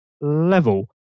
level